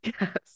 yes